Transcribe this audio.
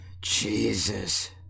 Jesus